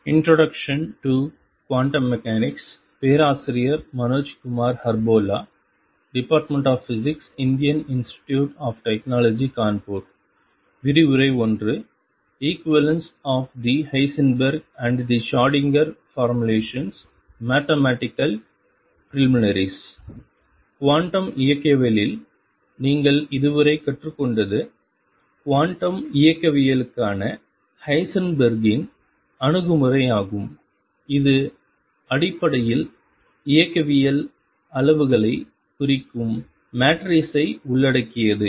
equivalence of the Heisenberg and the Schrodinger formulations mathematical preliminaries quantum இயக்கவியலில் நீங்கள் இதுவரை கற்றுக்கொண்டது குவாண்டம் இயக்கவியலுக்கான ஹைசன்பெர்க்கின் Heisenberg's அணுகுமுறையாகும் இது அடிப்படையில் இயக்கவியல் அளவுகளைக் குறிக்கும் மெட்ரிசசை உள்ளடக்கியது